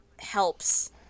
helps